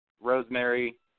Rosemary